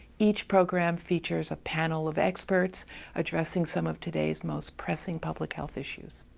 each program features a panel of experts addressing some of today's most pressing public health issues.